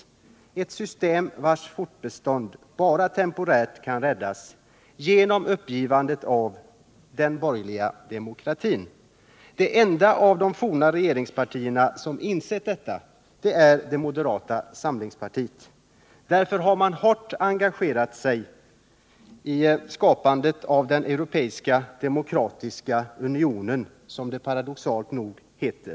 Det är ett system vars fortbestånd bara temporärt kan räddas genom uppgivande av den borgerliga demokratin. Det enda av de forna regeringspartierna som insett detta är moderata samlingspartiet. Därför har man hårt engagerat sig i skapandet av Europeiska demokratiska unionen, som den paradoxalt nog heter.